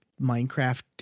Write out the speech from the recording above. Minecraft